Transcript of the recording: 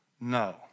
no